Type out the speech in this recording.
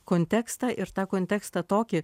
kontekstą ir tą kontekstą tokį